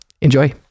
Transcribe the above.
enjoy